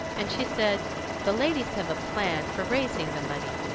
and she said the ladies have a plan for raising the money,